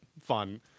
fun